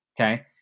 Okay